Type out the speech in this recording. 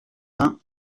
vingt